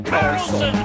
Carlson